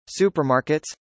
supermarkets